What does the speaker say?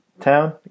town